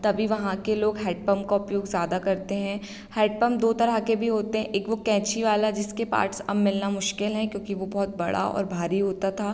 तभी वहाँ के लोग हैडपंप का उपयोग ज़्यादा करते हैं हैडपंप दो तरह के भी होते हैं एक वो कैंची वाला जिसके पार्ट्स अब मिलना मुश्किल है क्योंकि वो बहुत बड़ा और भारी होता था